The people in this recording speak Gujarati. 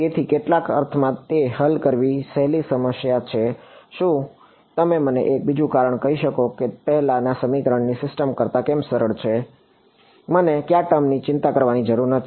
તેથી કેટલાક અર્થમાં તે હલ કરવી સહેલી સમસ્યા છે શું તમે મને એક બીજું કારણ કહી શકો કે તે પહેલાંના સમીકરણોની સિસ્ટમ કરતા કેમ સરળ છે મને કયા ટર્મ ની ચિંતા કરવાની જરૂર નથી